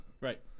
Right